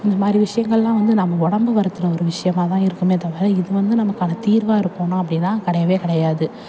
இந்தமாதிரி விஷயங்கள்லாம் வந்து நம்ம உடம்பு வருத்துகிற ஒரு விஷயமா தான் இருக்குமே தவிர இது வந்து நமக்கான தீர்வாக இருக்குமா அப்படின்னா கிடையவே கிடையாது